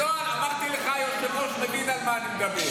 אמרתי לך, היושב-ראש, תגיד על מה אני מדבר.